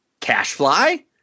Cashfly